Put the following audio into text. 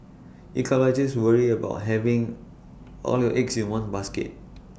ecologists worry about having all your eggs in one basket